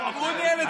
הוא ניהל את זה.